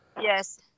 Yes